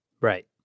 Right